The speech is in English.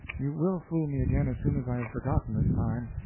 you will fool me again as soon as i have forgotten this time.